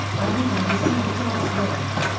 i want em to see the dogs work.